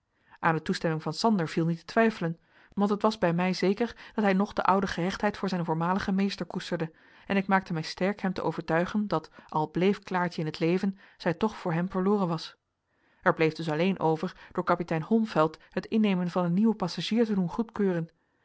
aan de toestemming van sander viel niet te twijfelen want het was bij mij zeker dat hij nog de oude gehechtheid voor zijn voormaligen meester koesterde en ik maakte mij sterk hem te overtuigen dat al bleef klaartje in t leven zij toch voor hem verloren was er bleef dus alleen over door kapitein holmfeld het innemen van een nieuwen passagier te doen goedkeuren